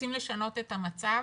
רוצים לשנות את המצב,